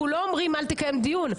אנחנו לא אומרים, אל תקיים דיון.